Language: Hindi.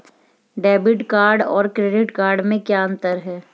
डेबिट कार्ड और क्रेडिट कार्ड में क्या अंतर है?